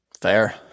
Fair